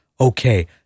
okay